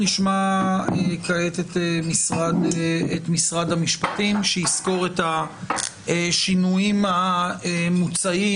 נשמע כעת את משרד המשפטים שיסקור את השינויים המוצעים